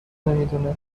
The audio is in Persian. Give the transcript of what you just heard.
نمیدونه